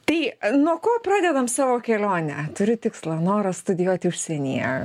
tai nuo ko pradedam savo kelionę turiu tikslą norą studijuoti užsienyje